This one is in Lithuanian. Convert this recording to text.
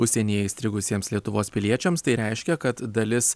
užsienyje įstrigusiems lietuvos piliečiams tai reiškia kad dalis